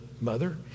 mother